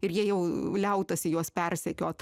ir jie jau liautasi juos persekiot